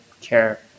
care